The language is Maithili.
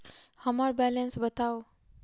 हम्मर बैलेंस बताऊ